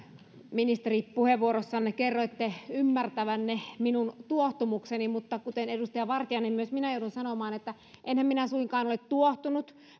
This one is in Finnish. ministeri puheenvuorossanne kerroitte ymmärtävänne minun tuohtumukseni mutta kuten edustaja vartiainen myös minä joudun sanomaan että enhän minä suinkaan ole tuohtunut